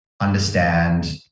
understand